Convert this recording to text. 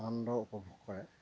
আনন্দ উপভোগ কৰে